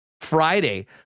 Friday